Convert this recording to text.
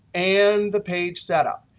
and the page setup.